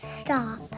Stop